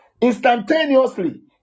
instantaneously